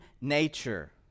nature